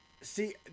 See